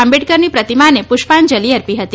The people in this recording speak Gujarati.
આંબેડકરની પ્રતિમાને પુષ્પાંજલી અર્પી હતી